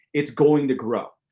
it's going to grow.